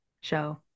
show